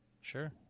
Sure